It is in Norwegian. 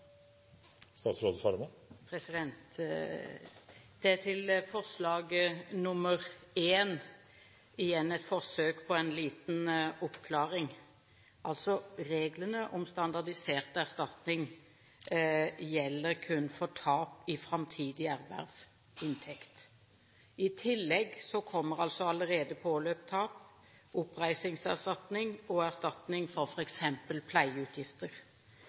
Det gjelder forslag nr. 1 – igjen et forsøk på en liten oppklaring. Reglene om standardisert erstatning gjelder kun for tap av framtidig inntekt. I tillegg kommer allerede påløpt tap, oppreisningserstatning og erstatning for f.eks. pleieutgifter.